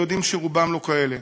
ויודעים שרובם לא כאלה.